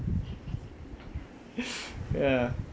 ya